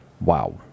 Wow